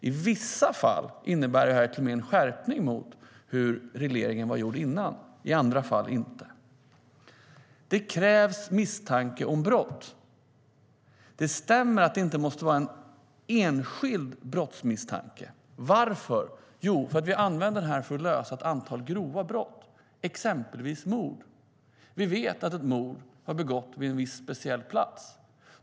I vissa fall innebär detta till och med en skärpning jämfört med hur regleringen var tidigare, i andra fall inte. Det krävs misstanke om brott. Det stämmer att det inte måste vara en enskild brottsmisstanke. Varför? Jo, därför att vi använder lagstiftningen för att lösa ett antal grova brott, exempelvis mord. Vi kanske vet att ett mord har begåtts vid en speciell plats.